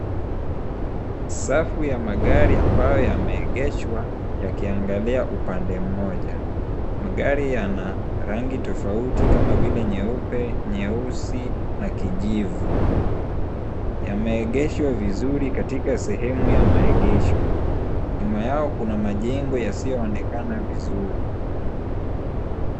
Safu ya magari ambayo yameegeshwa yakiangalia upande mmoja. Magari yana rangi tofauti kama vile nyeupe, nyeusi na kijivu. Yameegeshwa vizuri katika sehemu ya maegesho, nyuma yao kuna majengo yasiyoonekana vizuri.